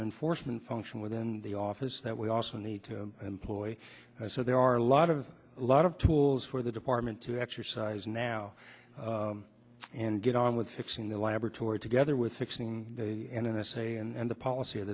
an enforcement function within the office that we also need to employ so there are a lot of lot of tools for the department to exercise now and get on with fixing the laboratory together with fixing the n s a and the policy of